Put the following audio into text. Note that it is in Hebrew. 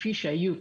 כפי שהיו,